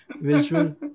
visual